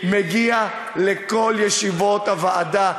שהוא מגיע לכל ישיבות הוועדה,